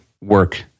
work